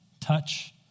touch